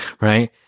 right